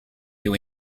new